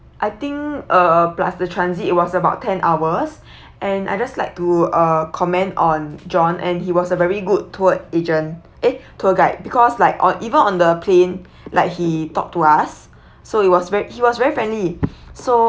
I think uh plus the transit it was about ten hours and I just like to uh comment on john and he was a very good tour agent eh tour guide because like or even on the plane like he talk to us so it was ve~ he was very friendly so